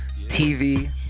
TV